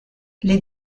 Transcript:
les